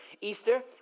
Easter